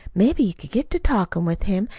maybe you'd get to talkin' with him,